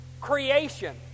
Creation